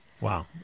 wow